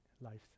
life